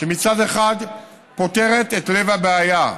שמצד אחד פותרת את לב הבעיה,